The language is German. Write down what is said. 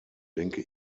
denke